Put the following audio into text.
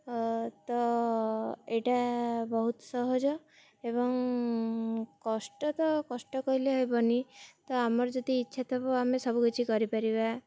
ତ ଏଇଟା ବହୁତ ସହଜ ଏବଂ କଷ୍ଟ ତ କଷ୍ଟ କହିଲେ ହେବନି ତ ଆମର ଯଦି ଇଚ୍ଛା ଥିବ ଆମେ ସବୁକିଛି କରିପାରିବା